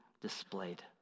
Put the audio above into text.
displayed